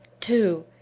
two